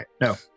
No